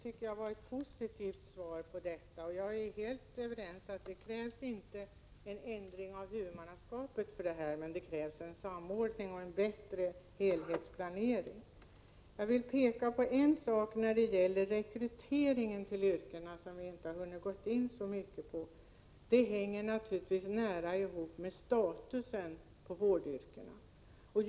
Herr talman! Jag tackar för det svaret, som jag tycker var positivt. Jag är helt överens med utbildningsministern om att det inte krävs någon ändring av huvudmannaskapet, men det krävs en samordning och en bättre helhetsplanering. Jag vill peka på en sak när det gäller rekryteringen till vårdyrkena. Den frågan har vi inte hunnit gå in närmare på. Rekryteringen hänger naturligtvis nära ihop med vårdyrkenas status.